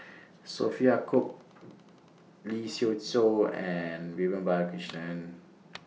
Sophia Cooke Lee Siew Choh and Vivian Balakrishnan